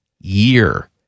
year